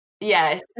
Yes